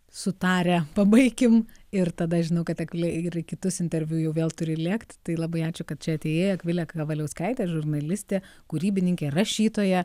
sutarę pabaikim ir tada žinau kad akvilė ir į kitus interviu jau vėl turi lėkt tai labai ačiū kad čia atėjai akvilė kavaliauskaitė žurnalistė kūrybininkė rašytoja